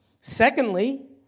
Secondly